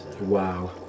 Wow